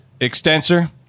extensor